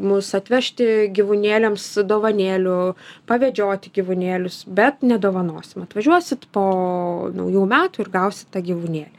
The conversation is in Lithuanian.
mus atvežti gyvūnėliams dovanėlių pavedžioti gyvūnėlius bet nedovanosim atvažiuosit po naujų metų ir gausit tą gyvūnėlį